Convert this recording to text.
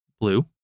blue